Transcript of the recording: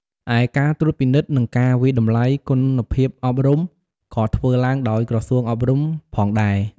ឯការត្រួតពិនិត្យ និងការវាយតម្លៃគុណភាពអប់រំ ក៏ធ្វើឡើងដោយក្រសួងអប់រំផងដែរ។